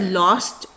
lost